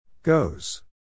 Goes